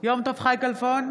יום טוב חי כלפון,